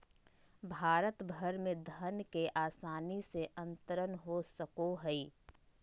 भारत भर में धन के आसानी से अंतरण हो सको हइ